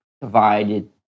divided